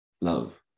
love